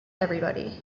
everybody